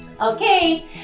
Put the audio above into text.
Okay